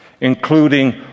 including